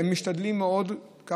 הם משתדלים מאוד ללכת לקראתם,